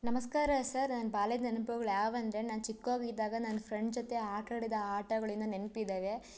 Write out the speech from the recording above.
ನಮಸ್ಕಾರ ಸರ್ ನನ್ನ ಬಾಲ್ಯದ ನೆನಪುಗಳು ಯಾವು ಅಂದರೆ ನಾನು ಚಿಕ್ಕೋಳ್ ಇದ್ದಾಗ ನನ್ನ ಫ್ರೆಂಡ್ ಜೊತೆ ಆಟ ಆಡಿದ ಆಟಗಳು ಇನ್ನೂ ನೆನ್ಪಿದ್ದಾವೆ